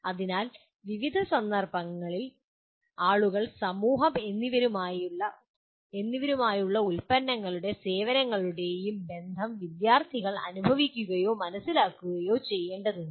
അതിനാൽ വിവിധ സന്ദർഭങ്ങളിൽ ആളുകൾ സമൂഹം എന്നിവരുമായുള്ള ഉൽപ്പന്നങ്ങളുടെയും സേവനങ്ങളുടെയും ബന്ധം വിദ്യാർത്ഥികൾ അനുഭവിക്കുകയോ മനസ്സിലാക്കുകയോ ചെയ്യേണ്ടതുണ്ട്